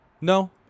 No